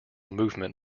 movement